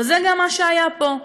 וזה גם מה שהיה פה,